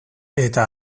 eta